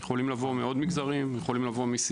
הם יכולים לבוא מעוד מגזרים: מסיעוד,